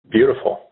Beautiful